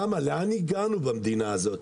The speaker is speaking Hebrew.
לאן הגענו במדינה הזאת?